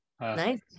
nice